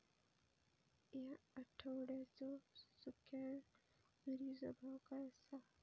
या आठवड्याचो सुख्या मिर्चीचो भाव काय आसा?